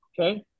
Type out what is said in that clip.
okay